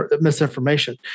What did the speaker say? misinformation